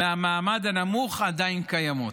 מהמעמד הנמוך עדיין קיימות.